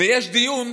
ויש דיון,